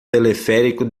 teleférico